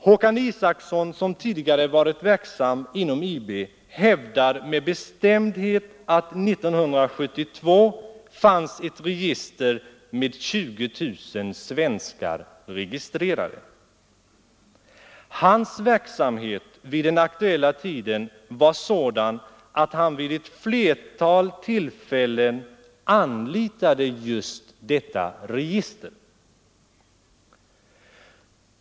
Håkan Isacson som tidigare varit verksam inom IB hävdar med bestämdhet att år 1972 fanns ett register med 20000 svenskar registrerade. Hans verksamhet vid den aktuella tiden var sådan att han vid ett flertal tillfällen anlitade detta register.